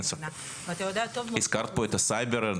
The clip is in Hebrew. נכון, הזכרת את נושא הסייבר,